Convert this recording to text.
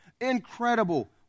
Incredible